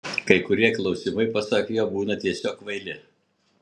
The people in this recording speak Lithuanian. kai kurie klausimai pasak jo būna tiesiog kvaili